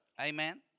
Amen